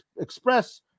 Express